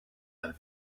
del